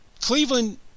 cleveland